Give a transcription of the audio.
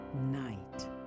night